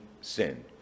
sin